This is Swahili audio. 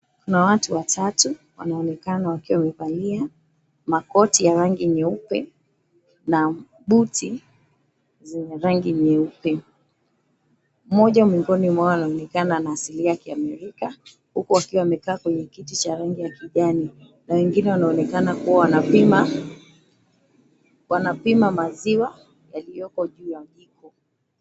Kuna watu watatu wanaonekana wakiwa wamevalia makoti ya rangi nyeupe, na buti zenye rangi nyeupe. Mmoja miongoni mwao anaonekana anasilia kuaminika na huku akiwa amekaa kwenye kiti cha rangi ya kijani. Na wengine wanaonekana kuwa wanapima maziwa yaliyoko juu ya jiko.